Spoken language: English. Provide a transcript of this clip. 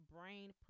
brain